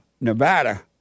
Nevada